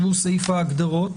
סעיף ההגדרות.